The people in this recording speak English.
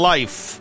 Life